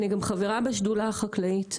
אני גם חברה בשדולה החקלאית,